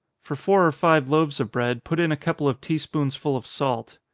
for four or five loaves of bread, put in a couple of tea-spoonsful of salt.